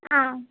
ஆ